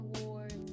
Awards